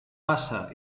passa